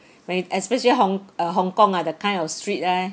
when especially hong~ uh hong kong ah the kind of street eh